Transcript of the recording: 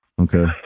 Okay